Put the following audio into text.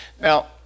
Now